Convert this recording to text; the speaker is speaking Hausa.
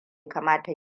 kamata